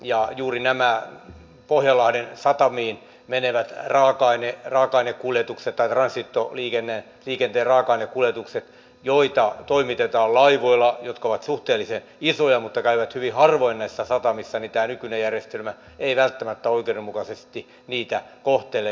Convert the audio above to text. ja juuri näitä pohjanlahden satamiin menevät raaka aineen raaka ainekuljetukset transito meneviä transitoliikenteen raaka ainekuljetuksia joita toimitetaan laivoilla ja jotka ovat suhteellisen isoja mutta käyvät hyvin harvoin näissä satamissa tämä nykyinen järjestelmä ei välttämättä oikeudenmukaisesti kohtele